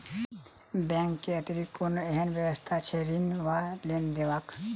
Bank केँ अतिरिक्त कोनो एहन व्यवस्था छैक ऋण वा लोनदेवाक?